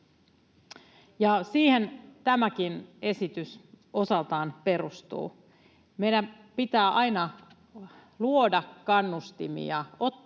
siihen tämäkin esitys osaltaan perustuu. Meidän pitää aina luoda kannustimia